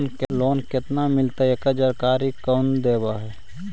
Loan केत्ना मिलतई एकड़ जानकारी कौन देता है?